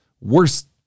worst